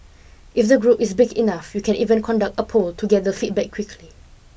if the group is big enough you can even conduct a poll to gather feedback quickly